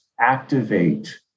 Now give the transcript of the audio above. activate